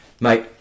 mate